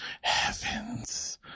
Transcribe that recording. heavens